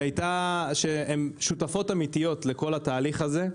שהין שותפות אמיתיות לכל התהליך הזה.